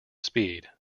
speed